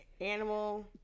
animal